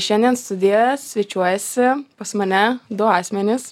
šiandien studijoje svečiuojasi pas mane du asmenys